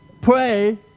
pray